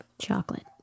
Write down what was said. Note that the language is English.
Chocolate